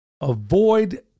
avoid